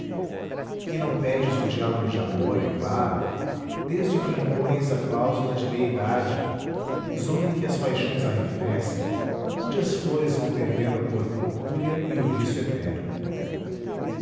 que não pedes um diálogo de amor é claro desde que impões a cláusula da meia idade zona em que as paixões arrefecem onde as flores vão perdendo a cor purpúrea e o viço eterno